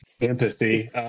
Empathy